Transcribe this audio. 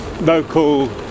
local